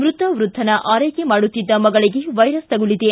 ಮೃತ ವೃದ್ಧನ ಆರೈಕೆ ಮಾಡುತ್ತಿದ್ದ ಮಗಳಿಗೆ ವೈರಸ್ ತಗುಲಿದೆ